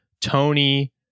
Tony